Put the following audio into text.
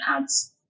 ads